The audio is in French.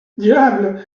diable